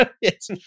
Yes